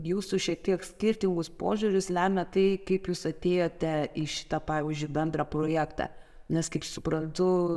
jūsų šiek tiek skirtingus požiūrius lemia tai kaip jūs atėjote į šitą pavyzdžiui bendrą projektą nes kaip suprantu